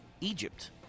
Egypt